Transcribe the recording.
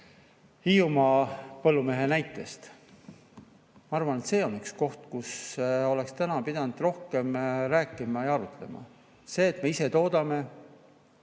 Hiiumaa põllumehe näitest. Ma arvan, et see on üks koht, mille üle oleks täna pidanud rohkem rääkima ja arutlema. Selle üle, et me ise toodame,